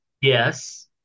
Yes